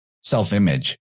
self-image